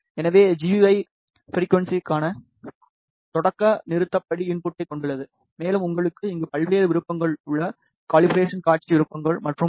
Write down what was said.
எனவே G U I ஃபிரிக்குவன்ஸிற்கான தொடக்க நிறுத்த படி இன்புட்டைக் கொண்டுள்ளது மேலும் உங்களுக்கு இங்கு பல்வேறு விருப்பங்கள் உள்ளன கலிபரேசன் காட்சி விருப்பங்கள் மற்றும் பல